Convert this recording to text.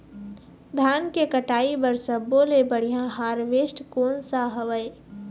धान के कटाई बर सब्बो ले बढ़िया हारवेस्ट कोन सा हवए?